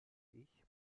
ich